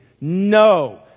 No